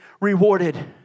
rewarded